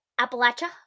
Appalachia